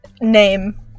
name